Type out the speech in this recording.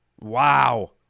Wow